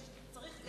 יש לחץ.